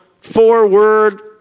four-word